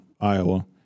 Iowa